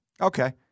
Okay